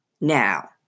Now